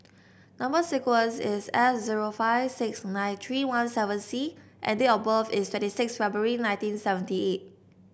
number sequence is S zero five six nine three one seven C and date of birth is twenty six February nineteen seventy eight